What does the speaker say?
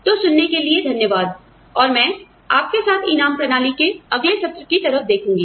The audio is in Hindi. तो सुनने के लिए धन्यवाद और मैं आपके साथ इनाम प्रणाली के अगले सत्र की तरफ देखूंगी